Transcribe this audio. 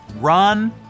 run